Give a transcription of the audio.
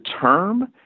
term